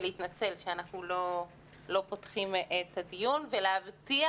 להתנצל שאנחנו לא פותחים את הדיון ולהבטיח